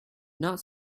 not